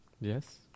Yes